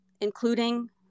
including